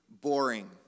boring